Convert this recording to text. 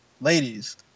ladies